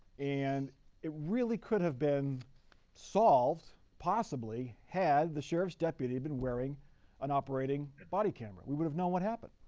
and it really could have been solved, possibly, had the sheriff's deputy been wearing an operating body camera. we would have known what happened.